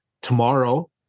Tomorrow